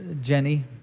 Jenny